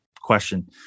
question